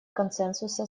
консенсуса